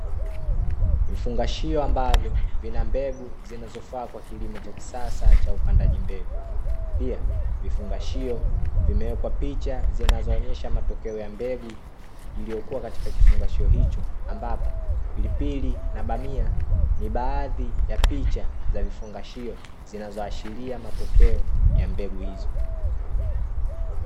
Vifungashio ambavyo vina mbegu zinazofaa kwa kilimo cha kisasa cha upandaji mbegu. Pia vifungashio vimewekwa picha zinazoonyesha matokeo ya mbegu iliyokuwa katika kifungashio hicho, ambapo pilipili na bamia ni baadhi ya picha za vifungashio, zinazoashiria matokeo ya mbegu hizo.